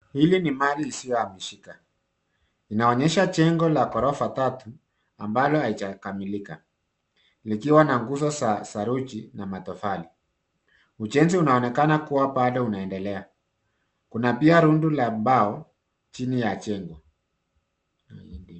Hili ni mali isiyohamishika. Inaonyesha jengo ya ghorofa tatu ambalo haijakamilika. Ikiwa na nguzo za saruji na matofali. Ujenzi unaonekana kuwa bado unaendelea. Kuna pia rundo ya mbao chini ya jengo.